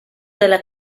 della